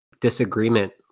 disagreement